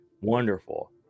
Wonderful